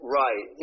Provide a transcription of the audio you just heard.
right